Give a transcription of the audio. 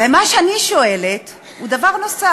ומה שאני שואלת הוא דבר נוסף.